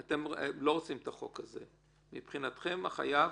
לא רוצים את החוק הזה, מבחינתכם החייב